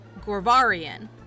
Gorvarian